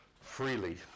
freely